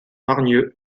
hargneux